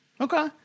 Okay